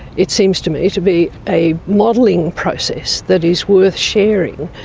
it seems to me to be a modelling process that is worth sharing,